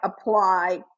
apply